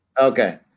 Okay